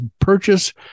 purchase